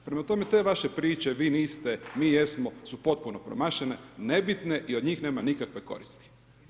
Prema tome, te vaše priče, vi niste, mi jesmo, su potpuno promašene, nebitne, i od njih nema nikakve koristi.